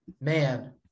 man